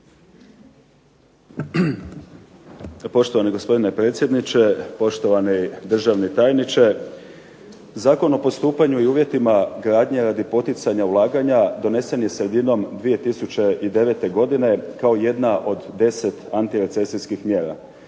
Poštovani gospodine predsjedniče, poštovani državni tajniče. Zakon o postupanju i uvjetima gradnje radi poticanja ulaganja donesen je sredinom 2009. godine kao jedna od 10 antirecesijskih mjera.